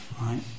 right